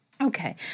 Okay